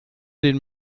den